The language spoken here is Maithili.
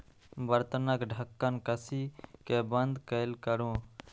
बर्तनक ढक्कन कसि कें बंद कैल करू